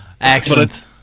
Excellent